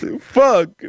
Fuck